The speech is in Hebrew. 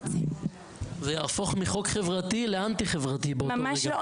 זה יהפוך מחוק חברתי לאנטי חברתי באותו רגע.